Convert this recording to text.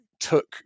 took